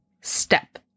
Step